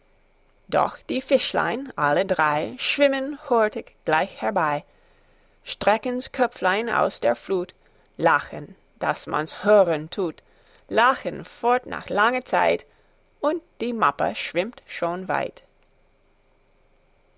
doch die fischlein alle drei schwimmen hurtig gleich herbei streckens köpflein aus der flut lachen daß man's hören tut lachen fort noch lange zeit und die mappe schwimmt schon weit